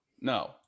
no